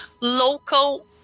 local